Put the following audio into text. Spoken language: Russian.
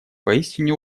поистине